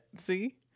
see